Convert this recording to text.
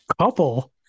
couple